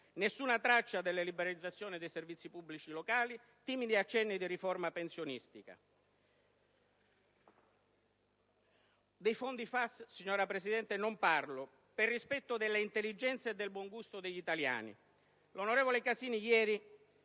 nessuna traccia delle liberalizzazioni dei servizi pubblici locali e solo timidi accenni di riforma pensionistica. Dei fondi FAS, signora Presidente, non parlo, per rispetto dell'intelligenza e del buon gusto degli italiani. L'onorevole Casini ieri